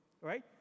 right